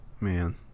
man